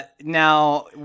now